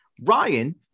Ryan